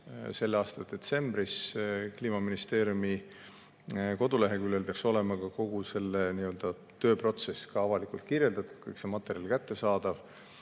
selle aasta detsembris. Kliimaministeeriumi koduleheküljel peaks olema ka kogu see tööprotsess avalikult kirjeldatud, kõik see materjal on kättesaadav.